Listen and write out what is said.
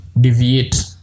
deviate